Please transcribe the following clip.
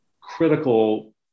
critical